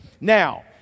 Now